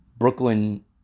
Brooklyn